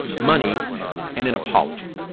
money and an apology.